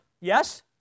Yes